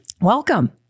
Welcome